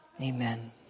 Amen